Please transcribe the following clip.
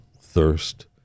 thirst